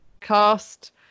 cast